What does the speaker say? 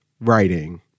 writing